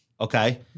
Okay